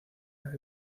las